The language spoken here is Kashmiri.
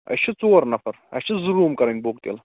أسۍ چھِ ژور نَفر اسہِ چھِ زٕ روٗم کَرٕنۍ بُک تیٚلہِ